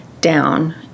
down